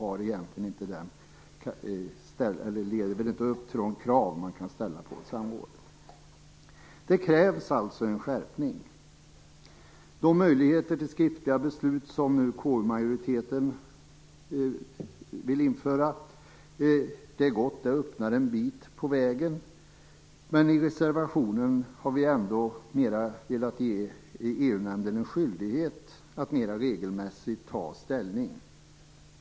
Det lever inte upp till de krav man kan ställa på ett samråd. Det krävs alltså en skärpning. De möjligheter till skriftliga beslut som majoriteten i KU vill införa gör att vi kommer en bit på vägen. Men i reservationen har vi ändå velat ge EU-nämnden en skyldighet att mera regelmässigt ta ställning.